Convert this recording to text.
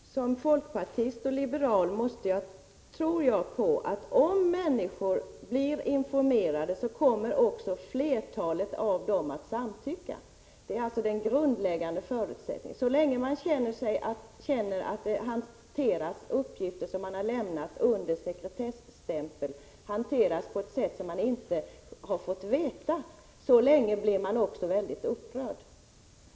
Herr talman! Som folkpartist och liberal tror jag på att om människor blir informerade kommer också flertalet av dem att samtycka. Det är den grundläggande förutsättningen. Så länge människor känner att uppgifter som de har lämnat under sekretesstämpel hanteras på ett sätt som de inte har fått kännedom om, blir de mycket upprörda.